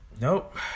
Nope